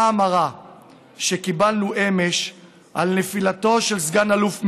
המרה שקיבלנו אמש על נפילתו של סגן אלוף מ',